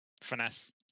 finesse